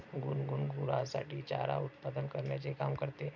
गुनगुन गुरांसाठी चारा उत्पादन करण्याचे काम करते